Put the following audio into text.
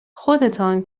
خودتان